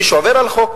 מי שעובר על החוק,